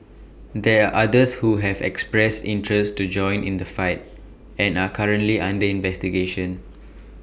there are others who have expressed interest to join in the fight and are currently under investigation